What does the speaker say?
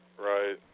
Right